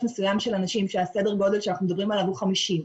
מסוים של אנשים שסדר הגודל שאנחנו מדברים עליו הוא 50,